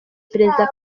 perezida